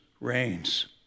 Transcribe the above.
reigns